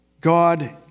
God